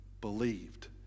believed